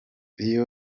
iyo